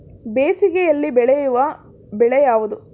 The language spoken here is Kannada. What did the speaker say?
ಬೇಸಿಗೆಯಲ್ಲಿ ಬೆಳೆಯುವ ಬೆಳೆ ಯಾವುದು?